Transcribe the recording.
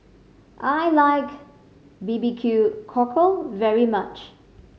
I like B B Q Cockle very much